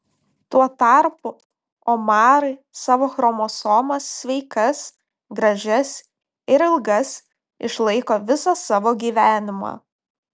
tuo tarpu omarai savo chromosomas sveikas gražias ir ilgas išlaiko visą savo gyvenimą